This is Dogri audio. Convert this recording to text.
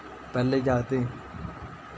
पैह्ले जाकतें